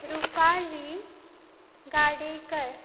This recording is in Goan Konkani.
रुपाली गाडेकर